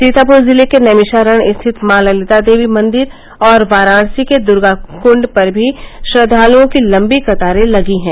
सीतापुर जिले के नैमिषारण्य स्थित में ललिता देवी मंदिर और वाराणसी के दुर्गाकुण्ड पर भी श्रद्वालुओं की लम्बी कतारे लगी हैं